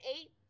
eight